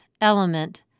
element